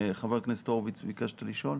חבר הכנסת הורוביץ, ביקשת לשאול?